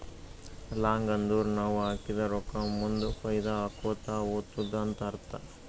long ಅಂದುರ್ ನಾವ್ ಹಾಕಿದ ರೊಕ್ಕಾ ಮುಂದ್ ಫೈದಾ ಆಕೋತಾ ಹೊತ್ತುದ ಅಂತ್ ಅರ್ಥ